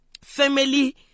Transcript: Family